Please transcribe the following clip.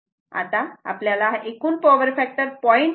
आता आपल्याला हा एकूण पॉवर फॅक्टर 0